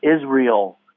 Israel